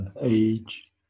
age